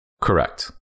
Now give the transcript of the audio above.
Correct